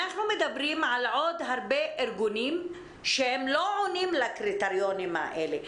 אנחנו מדברים על עוד הרבה ארגונים שלא עונים לקריטריונים האלה,